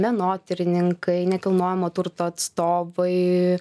menotyrininkai nekilnojamo turto atstovai